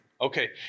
Okay